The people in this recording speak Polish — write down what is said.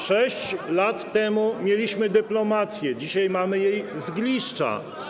6 lat temu mieliśmy dyplomację, dzisiaj mamy jej zgliszcza.